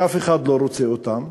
שאף אחד לא רוצה אותם,